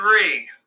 three